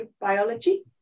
biology